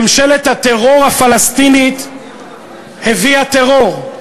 ממשלת הטרור הפלסטינית הביאה טרור.